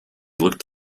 looked